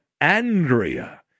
Andrea